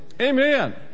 Amen